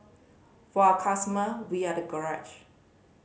for our customer we are the garage